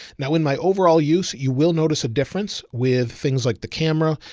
now in my overall use, you will notice a difference with things like the camera.